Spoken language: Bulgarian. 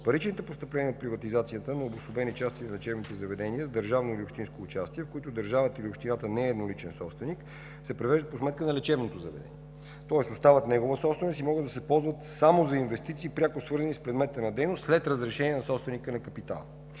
паричните постъпления от приватизацията на обособени части на лечебните заведения с държавно или общинско участие, в които държавата или общината не е едноличен собственик, се превеждат по сметка на лечебното заведение. Тоест, остават негова собственост и могат да се ползват само за инвестиции, пряко свързани с предмета на дейност след разрешение на собственика на капитала.